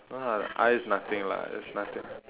no lah I is nothing lah it's nothing